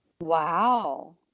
Wow